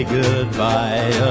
goodbye